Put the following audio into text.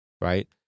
right